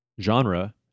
Genre